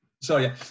Sorry